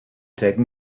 take